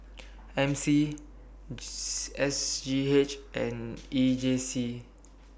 M C S G H and E J C